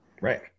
Right